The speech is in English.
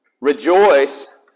Rejoice